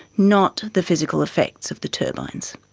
not the physical effects of the turbines.